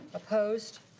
opposed?